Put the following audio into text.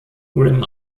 grimm